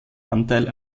anteil